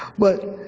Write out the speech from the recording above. but